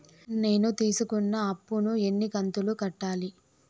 నేను తీసుకున్న అప్పు ను ఎన్ని కంతులలో కట్టాలి?